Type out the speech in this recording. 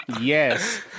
Yes